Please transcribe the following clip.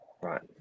Right